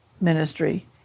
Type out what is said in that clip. ministry